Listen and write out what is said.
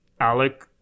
Alec